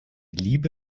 liebe